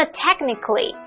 technically